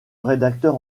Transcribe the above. rédacteur